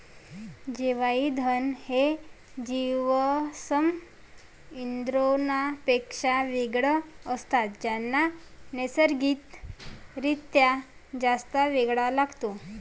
जैवइंधन हे जीवाश्म इंधनांपेक्षा वेगळे असतात ज्यांना नैसर्गिक रित्या जास्त वेळ लागतो